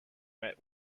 met